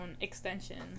extensions